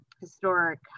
Historic